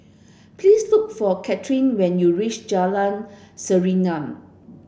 please look for Cathrine when you reach Jalan Serengam